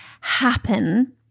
happen